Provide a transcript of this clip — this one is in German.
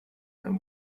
einem